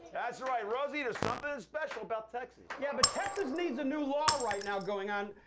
that's right. rosie, there's something special about texas. yeah, but texas needs a new law right now going on.